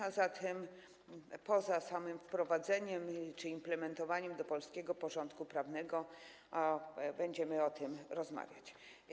A zatem poza samym wprowadzeniem czy implementowaniem do polskiego porządku prawnego będziemy o tym rozmawiać.